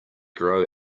grow